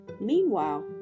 Meanwhile